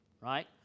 right